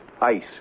ice